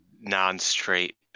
non-straight